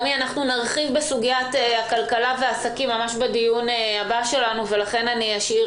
נרחיב בסוגיית הכלכלה והעסקים ממש בדיון הבא שלנו ולכן אשאיר